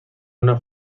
una